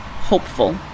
Hopeful